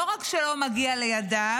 לא רק שלא מגיע לידיהם,